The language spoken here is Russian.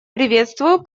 приветствую